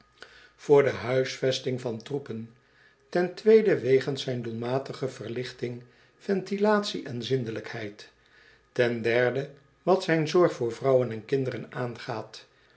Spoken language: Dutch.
voor de huisvesting van troepen ten tweede wegens zijn doelmatige verlichting ventilatie en zindelijkheid ten derde wat zijn zorg voor vrouwen en kinderen aangaat